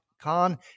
Khan